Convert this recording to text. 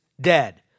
dead